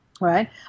right